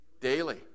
Daily